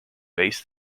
bass